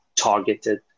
targeted